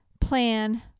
plan